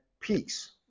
peace